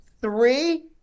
three –